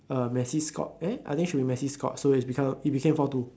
uh messi scored eh I think should be messi scored so it become it became four two